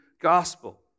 gospel